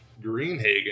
Greenhagen